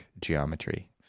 geometry